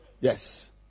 Yes